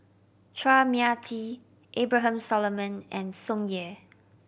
Chua Mia Tee Abraham Solomon and Tsung Yeh